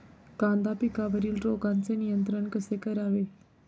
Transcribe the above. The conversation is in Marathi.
कांदा पिकावरील रोगांचे नियंत्रण कसे करावे?